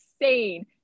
insane